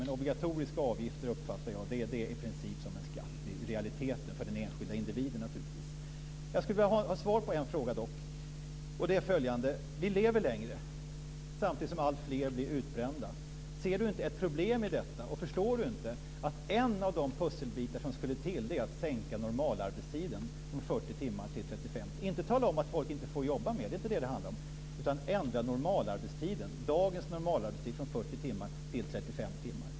Men obligatoriska avgifter uppfattar jag i realiteten som en skatt för den enskilda individen. Jag skulle vilja ha svar på en fråga dock. Det är följande: Vi lever längre samtidigt som alltfler blir utbrända, ser inte Bo Könberg ett problem i detta? Förstår inte Bo Könberg att en av de pusselbitar som skulle till är att sänka normalarbetstiden från 40 timmar till 35 timmar. Det är inte tal om att folk inte får jobba mer. Det är inte det det handlar om, utan man ändrar dagens normalarbetstid från 40 timmar till 35 timmar.